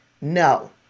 No